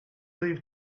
leave